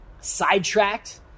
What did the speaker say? sidetracked